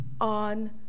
on